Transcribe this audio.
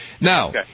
Now